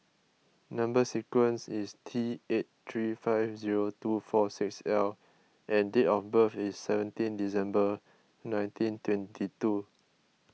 Number Sequence is T eight three five zero two four six L and date of birth is seventeen December nineteen twenty two